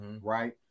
right